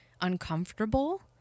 uncomfortable